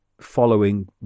following